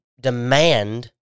demand